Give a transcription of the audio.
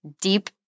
deep